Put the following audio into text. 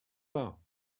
pas